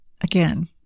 again